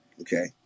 okay